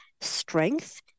strength